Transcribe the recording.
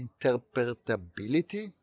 interpretability